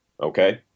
Okay